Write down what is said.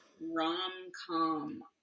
rom-com